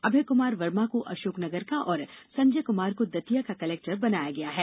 अभय कुमार वर्मा को अशोकनगर का और संजय कुमार को दतिया का कलेक्टर बनाया गया है